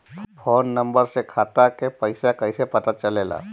Phone number से खाता के पइसा कईसे पता चलेला?